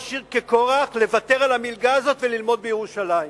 או עשיר כקורח כדי לוותר על המלגה הזאת וללמוד בירושלים.